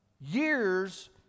years